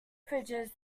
fridges